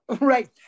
Right